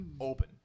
open